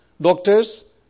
doctors